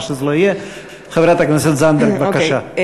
חברת הכנסת זנדברג, בבקשה.